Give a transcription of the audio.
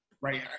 right